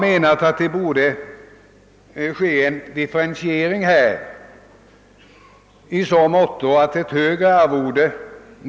Det borde därför göras en differentiering av ersättningsbeloppen.